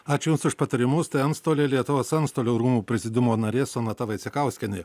ačiū jums už patarimus tai antstolė lietuvos antstolių rūmų prezidiumo narė sonata vaicekauskienė